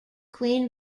queen